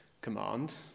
command